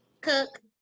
Cook